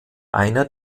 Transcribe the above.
einer